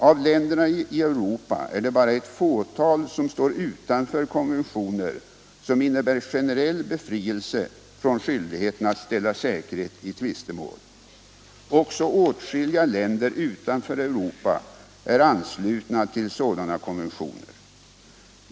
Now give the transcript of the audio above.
Av länderna i Europa är det bara ett fåtal som står utanför konventioner som innebär generell befrielse från skyldigheten att ställa säkerhet i tvistemål. Också åtskilliga länder utanför Europa är anslutna till sådana konventioner.